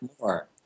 more